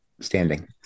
standing